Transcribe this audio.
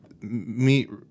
meet